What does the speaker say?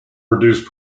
produced